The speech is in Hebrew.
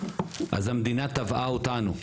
אז המדינה תבעה אותנו.